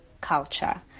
culture